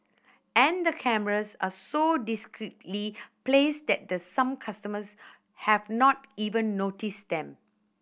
and the cameras are so discreetly placed that some customers have not even noticed them